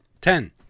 Ten